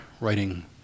writing